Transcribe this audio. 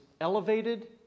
elevated